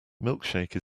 milkshake